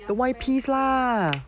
the Y_P_S lah